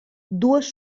dues